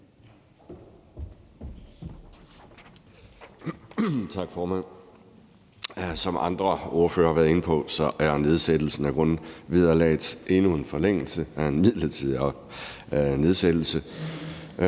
Tak, formand. Som andre ordførere har været inde på, er nedsættelsen af grundvederlaget endnu en forlængelse af en midlertidig nedsættelse.